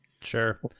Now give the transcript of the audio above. Sure